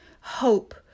hope